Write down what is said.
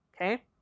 Okay